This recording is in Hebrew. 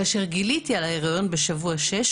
כאשר גיליתי על ההיריון בשבוע 6,